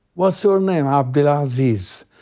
what's your name? abdel ah aziz.